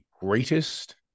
greatest